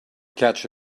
catch